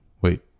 Wait